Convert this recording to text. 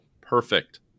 perfect